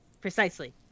precisely